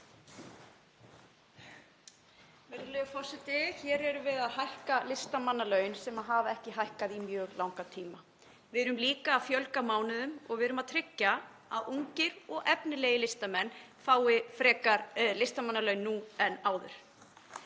Hér erum við að hækka listamannalaun sem hafa ekki hækkað í mjög langan tíma. Við erum líka að fjölga mánuðunum og við erum að tryggja að ungir og efnilegir listamenn fái frekar listamannalaun nú en áður.